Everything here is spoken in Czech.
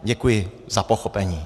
Děkuji za pochopení.